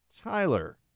Tyler